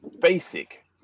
basic